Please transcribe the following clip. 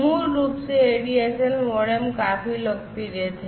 मूल रूप से ADSL मोडेम काफी लोकप्रिय थे